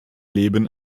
leben